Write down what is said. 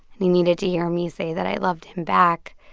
and he needed to hear me say that i loved him back.